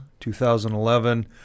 2011